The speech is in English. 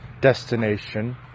destination